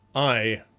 aye,